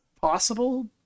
possible